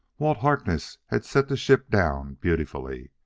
walt harkness had set the ship down beautifully